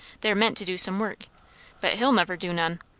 they're meant to do some work but he'll never do none.